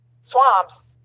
swamps